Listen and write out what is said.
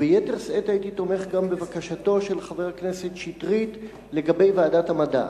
וביתר שאת הייתי תומך גם בבקשתו של חבר הכנסת שטרית לגבי ועדת המדע.